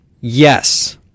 Yes